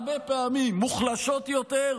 הרבה פעמים מוחלשות יותר.